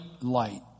light